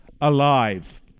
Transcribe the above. alive